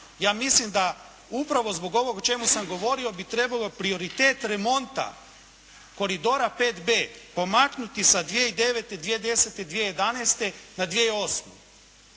Ja mislim da upravo zbog ovog o čemu sam govorio bi trebalo prioritet remonta koridora 5B pomaknuti sa 2009., 2010., 20011. na 2008.